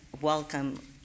welcome